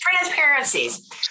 Transparencies